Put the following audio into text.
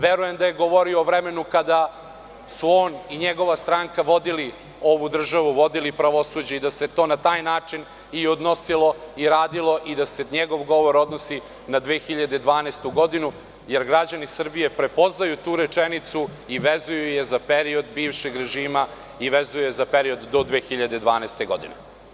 Verujem da je govorio o vremenu kada su on i njegova stranka vodili ovu državu, vodili pravosuđe i da se to na taj način, i odnosilo, i radilo, i da se njegov govor odnosi na 2012. godinu, jer građani Srbije prepoznaju tu rečenicu i vezuju je za period bivšeg režima i vezuje je za period do 2012. godine.